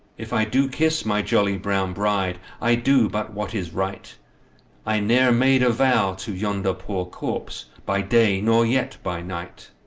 if i do kiss my jolly brown bride, i do but what is right i ne'er made a vow to yonder poor corpse, by day, nor yet by night.